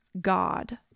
God